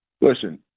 Listen